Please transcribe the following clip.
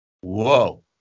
Whoa